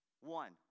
one